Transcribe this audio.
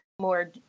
more